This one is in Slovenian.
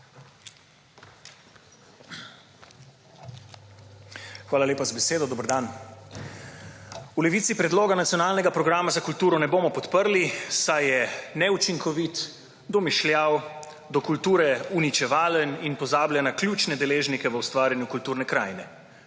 Hvala lepa za besedo. Dober dan! V Levici predloga nacionalnega programa za kulturo ne bomo podprli, saj je neučinkovit, domišljav, do kulture uničevalen in pozablja na ključne deležnike v ustvarjanju kulturne krajine,